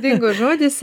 dingo žodis